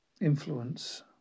influence